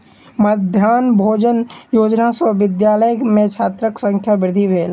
मध्याह्न भोजन योजना सॅ विद्यालय में छात्रक संख्या वृद्धि भेल